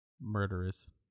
murderous